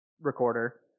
recorder